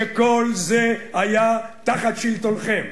שכל זה היה תחת שלטונכם.